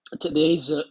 Today's